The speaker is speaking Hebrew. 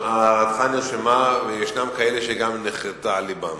הערתך נרשמה, ויש כאלה שהיא גם נחרתה על לבם.